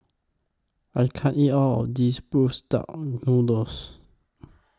I can't eat All of This Bruised Duck Noodles